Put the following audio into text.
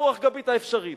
הגבית האפשרית.